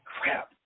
crap